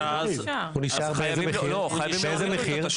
באיזה מחיר?